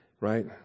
right